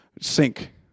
Sink